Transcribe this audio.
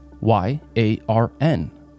Y-A-R-N